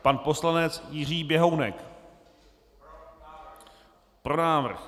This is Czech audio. Pan poslanec Jiří Běhounek: Pro návrh.